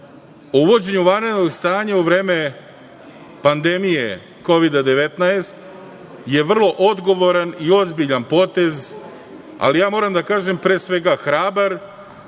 o uvođenju vanrednog stanja u vreme pandemije Kovida-19 je vrlo odgovoran i ozbiljan potez, ali ja moram da kažem, pre svega, hrabar